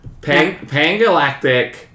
Pangalactic